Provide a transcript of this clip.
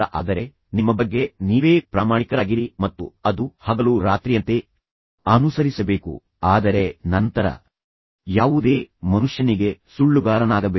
ಆದರೆ ನಿಮ್ಮ ಬಗ್ಗೆ ನೀವೇ ಪ್ರಾಮಾಣಿಕರಾಗಿರಿ ಮತ್ತು ಅದು ಹಗಲು ರಾತ್ರಿಯಂತೆ ಅನುಸರಿಸಬೇಕು ಆದರೆ ನಂತರ ಯಾವುದೇ ಮನುಷ್ಯನಿಗೆ ಸುಳ್ಳುಗಾರನಾಗಬೇಡಿ